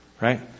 right